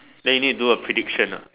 then you need do a prediction ah